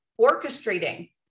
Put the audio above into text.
orchestrating